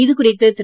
இது குறித்து திரு